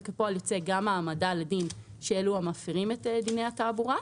וכפועל יוצא גם העמדה לדין של אלו שמפירים את דיני התעבורה.